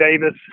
Davis